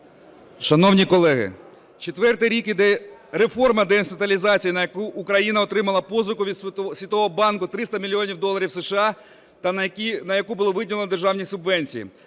Шановні колеги, четвертий рік йде реформа деінституалізації, на яку Україна отримала позику від Світового банку 300 мільйонів доларів США та на яку було виділено державні субвенції.